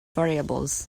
variables